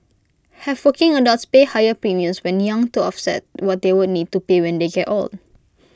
have working adults pay higher premiums when young to offset what they would need to pay when they get old